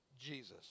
Jesus